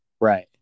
Right